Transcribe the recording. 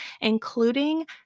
including